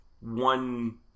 One